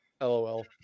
LOL